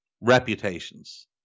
reputations